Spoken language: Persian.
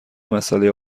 مساله